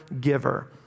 giver